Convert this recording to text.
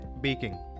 baking